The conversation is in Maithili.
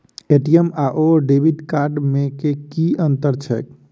ए.टी.एम आओर डेबिट कार्ड मे की अंतर छैक?